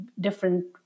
different